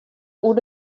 oer